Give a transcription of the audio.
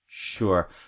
Sure